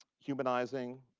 humanizing,